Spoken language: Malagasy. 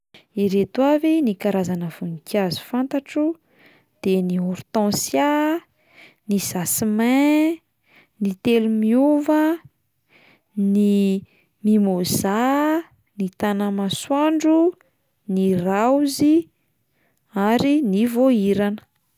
Ireto avy ny karazana voninkazo fantatro: de ny hortensia, ny jasmin, ny telomiova, ny mimôza, ny tanamasoandro, ny raozy ary ny voahirana.